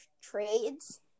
trades